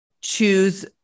choose